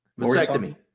vasectomy